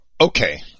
Okay